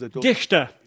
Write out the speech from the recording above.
Dichter